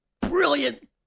brilliant